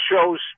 shows